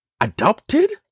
Adopted